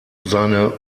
seine